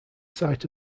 site